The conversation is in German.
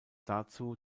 dazu